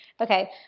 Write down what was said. Okay